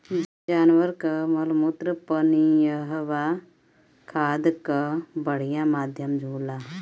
जानवर कअ मलमूत्र पनियहवा खाद कअ बढ़िया माध्यम होला